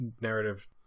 narrative